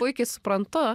puikiai suprantu